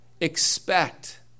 expect